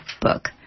book